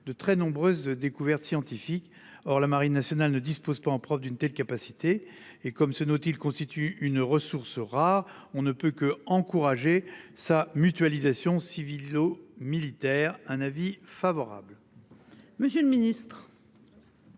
de très nombreuses découvertes scientifiques. Or, la Marine nationale ne dispose pas en prof d'une telle capacité et comme ce, note-t-il, constitue une ressource rare, on ne peut que encourager sa mutualisation civilo-militaire, un avis favorable. Monsieur le Ministre.